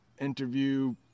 interview